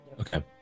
Okay